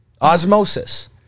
osmosis